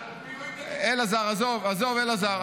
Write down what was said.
מדברים פה על משהו רציני,